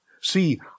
See